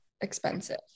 expensive